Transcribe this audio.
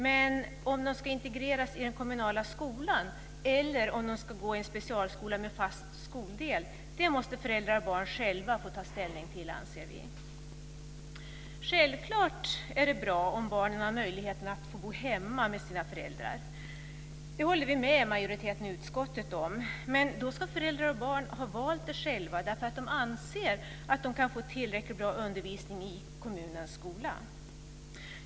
Men om de ska integreras i den kommunala skolan eller om de ska gå i en specialskola med fast skoldel måste föräldrar och barn själva få ta ställning till, anser vi. Självklart är det bra om barnen har möjlighet att bo hemma med sina föräldrar. Det håller vi med majoriteten i utskottet om. Men då ska föräldrar och barn ha valt det själva därför att de anser att de kan få tillräckligt bra undervisning i kommunens skola.